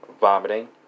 vomiting